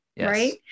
right